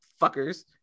fuckers